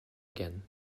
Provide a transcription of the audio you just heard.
again